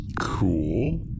Cool